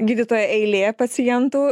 gydytoją eilė pacientų